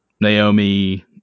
Naomi